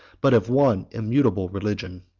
but of one immutable religion.